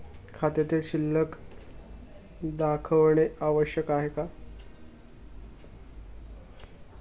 खात्यातील शिल्लक दाखवणे आवश्यक आहे का?